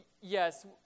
Yes